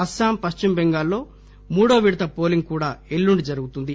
అస్పాం పశ్చిమ బెంగాల్ లో మూడో విడత పోలింగ్ కూడా ఎల్లుండి జరుగుతుంది